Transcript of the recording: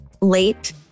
late